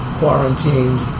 quarantined